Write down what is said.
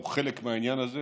הוא חלק מהעניין הזה,